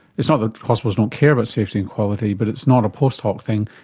it's not that hospitals don't care about safety and quality, but it's not a post-hoc thing,